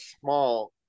small